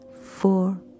four